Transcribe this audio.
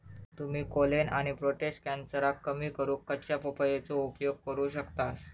तुम्ही कोलेन आणि प्रोटेस्ट कॅन्सरका कमी करूक कच्च्या पपयेचो उपयोग करू शकतास